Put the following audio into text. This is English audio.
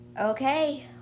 Okay